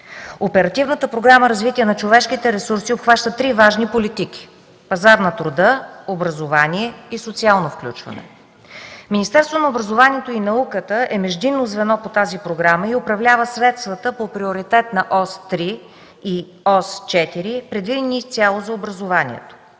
Оперативната програма „Развитие на човешките ресурси” обхваща три важни политики: пазар на труда, образование и социално включване. Министерството на образованието и науката е междинно звено по тази програма и управлява средствата по приоритетна ос 3 и ос 4, предвидени изцяло за образованието.